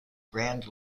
grand